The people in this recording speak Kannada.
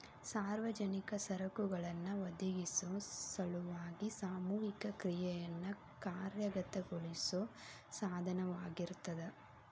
ಸಾರ್ವಜನಿಕ ಸರಕುಗಳನ್ನ ಒದಗಿಸೊ ಸಲುವಾಗಿ ಸಾಮೂಹಿಕ ಕ್ರಿಯೆಯನ್ನ ಕಾರ್ಯಗತಗೊಳಿಸೋ ಸಾಧನವಾಗಿರ್ತದ